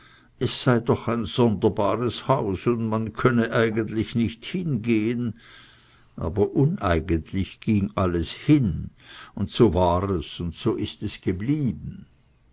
es sei doch ein sonderbares haus und man könne eigentlich nicht hingehen aber uneigentlich ging alles hin und so war es und so ist es geblieben